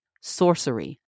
sorcery